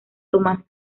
tomás